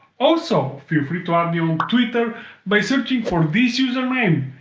also feel free to add me on twitter by searching for this username.